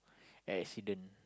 accident